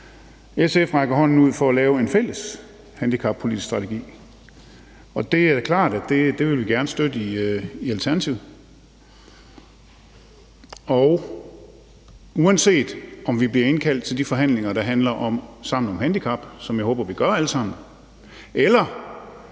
SF rækker hånden ud for at lave en fælles handicappolitisk strategi. Det er klart, at det er noget, vi gerne vil støtte fra Alternativets side, og uanset om vi bliver indkaldt til de forhandlinger, der handler om samlet handicap, hvad jeg håber vi alle sammen bliver,